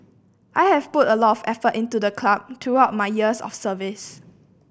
I have put a lot of effort into the club throughout my years of service